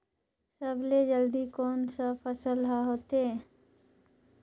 सबले जल्दी कोन सा फसल ह होथे?